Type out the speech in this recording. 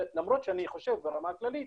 למרות שאני חושב ברמה הכללית